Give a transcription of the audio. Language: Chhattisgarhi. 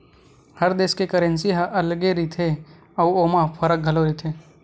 हर देस के करेंसी ह अलगे रहिथे अउ ओमा फरक घलो रहिथे